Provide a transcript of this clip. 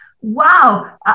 wow